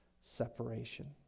separation